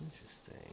Interesting